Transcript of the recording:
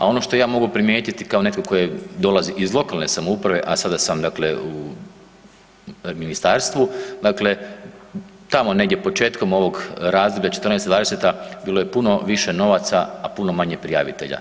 A ono što ja mogu primijetiti kao netko koji dolazi iz lokalne samouprave, a sada sam dakle u ministarstvu, dakle tamo negdje početkom ovog razdoblja '14.-'20. bilo je puno više novaca, a puno manje prijavitelja.